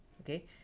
okay